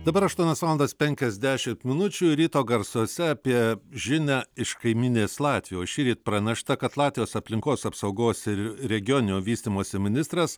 dabar aštuonios valandos penkiasdešimt minučių ir ryto garsuose apie žinią iš kaimynės latvijos šįryt pranešta kad latvijos aplinkos apsaugos ir regioninio vystymosi ministras